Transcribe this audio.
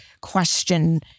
question